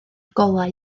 golau